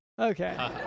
okay